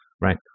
right